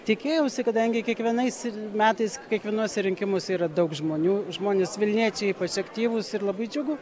tikėjausi kadangi kiekvienais metais kiekvienuose rinkimuose yra daug žmonių žmonės vilniečiai ypač aktyvūs ir labai džiugu